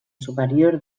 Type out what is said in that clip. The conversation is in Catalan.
superior